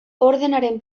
ordenaren